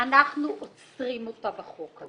אנחנו עוצרים אותה בחוק זה.